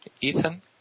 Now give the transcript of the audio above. Ethan